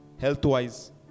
health-wise